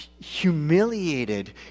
humiliated